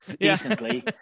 decently